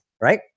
right